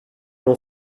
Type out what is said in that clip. l’on